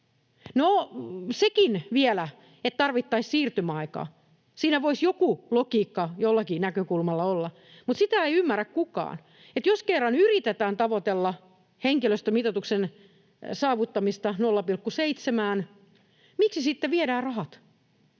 No, siinäkin vielä, että tarvittaisiin siirtymäaikaa, voisi joku logiikka jollakin näkökulmalla olla, mutta sitä ei ymmärrä kukaan, että jos kerran yritetään tavoitella henkilöstömitoituksen saavuttamista 0,7:ään, miksi sitten viedään rahat.